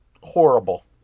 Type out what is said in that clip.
horrible